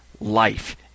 life